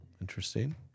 Interesting